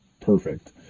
Perfect